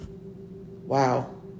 Wow